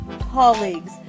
colleagues